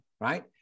right